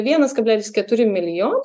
vienas kablelis keturi milijon